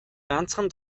ганцхан